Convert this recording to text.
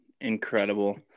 Incredible